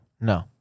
no